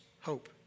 hope